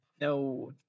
No